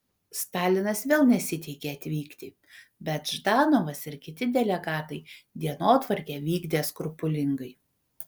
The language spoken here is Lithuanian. stalinas vėl nesiteikė atvykti bet ždanovas ir kiti delegatai dienotvarkę vykdė skrupulingai